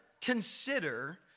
consider